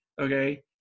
okay